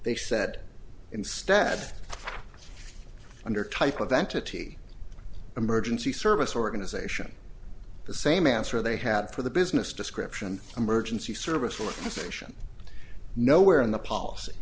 they said instead under type of entity emergency service organization the same answer they had for the business description emergency service for a profession nowhere in the policy